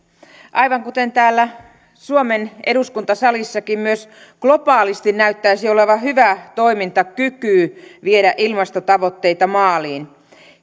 aivan kuten täällä suomen eduskuntasalissakin myös globaalisti näyttäisi olevan hyvä toimintakyky viedä ilmastotavoitteita maaliin